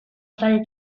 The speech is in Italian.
stati